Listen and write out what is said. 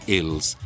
ills